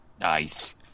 Nice